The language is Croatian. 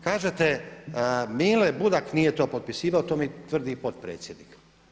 Kažete Mile Budak nije to potpisivao to mi tvrdi i potpredsjednik.